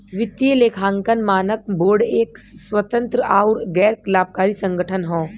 वित्तीय लेखांकन मानक बोर्ड एक स्वतंत्र आउर गैर लाभकारी संगठन हौ